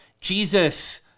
Jesus